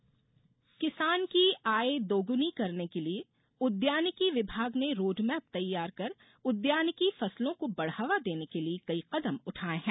उद्यानिकी विभाग किसान की आय दोगुनी करने के लिए उद्यानिकी विभाग ने रोडमेप तैयार कर उद्यानिकी फसलों को बढ़ावा देने के लिए केई कदम उठाये हैं